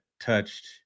touched